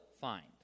find